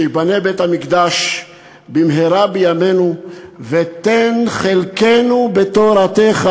שייבנה בית-המקדש במהרה בימינו ותן חלקנו בתורתך",